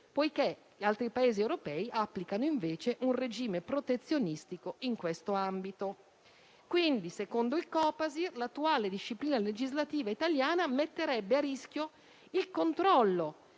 poiché gli altri Paesi europei applicano invece un regime protezionistico in questo ambito. Secondo il Copasir, dunque, l'attuale disciplina legislativa italiana metterebbe a rischio il controllo